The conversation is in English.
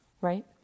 Right